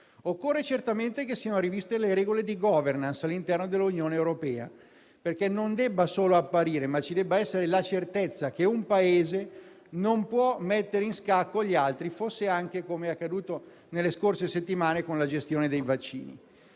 occorre certamente che siano riviste le regole di *governance* all'interno dell'Unione europea, perché non debba solo apparire, ma debba esserci la certezza che un Paese non può mettere in scacco gli altri, come accaduto anche nelle scorse settimane con la gestione dei vaccini.